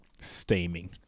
steaming